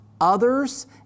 others